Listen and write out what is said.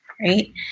right